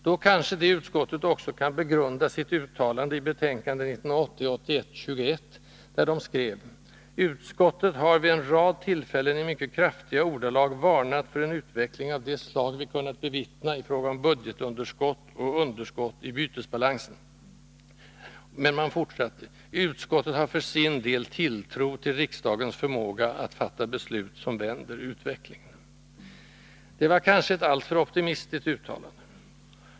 Då kanske finansutskottet också kan begrunda sitt uttalande i betänkandet 1980/81:21, där det skrevs: ”Utskottet har vid en rad tillfällen i mycket kraftiga ordalag varnat för en utveckling av det slag vi kunnat bevittna i fråga om budgetunderskott och underskott i bytesbalans. —-—-— Utskottet har för sin del tilltro till riksdagens förmåga att fatta beslut som vänder utvecklingen.” ; Det var kanske ett alltför optimistiskt uttalande.